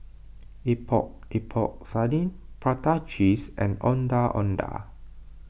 Epok Epok Sardin Prata Cheese and Ondeh Ondeh